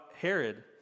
Herod